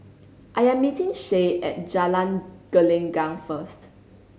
I am meeting Shay at Jalan Gelenggang first